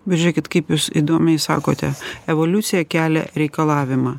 bet žiūrėkit kaip jūs įdomiai sakote evoliucija kelia reikalavimą